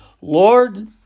Lord